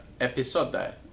Episode